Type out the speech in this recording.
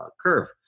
curve